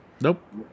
Nope